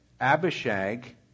Abishag